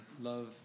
love